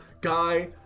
guy